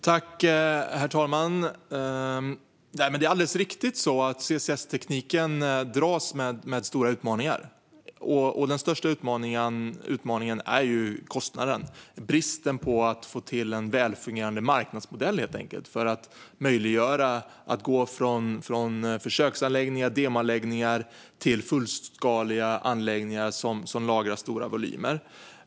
Herr talman! Det är alldeles riktigt att CCS-tekniken dras med stora utmaningar. Den största utmaningen är kostnaden - helt enkelt bristen på en fungerande marknadsmodell för att möjliggöra att gå från försöks och demoanläggningar till fullskaliga anläggningar som lagrar stora volymer.